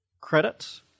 Credit